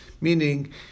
Meaning